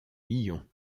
lyon